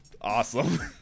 awesome